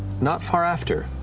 not far after,